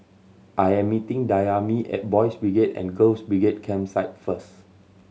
I am meeting Dayami at Boys' Brigade and Girls' Brigade Campsite first